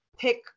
pick